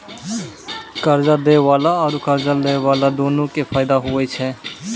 कर्जा दै बाला आरू कर्जा लै बाला दुनू के फायदा होय छै